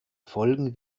folgen